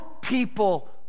people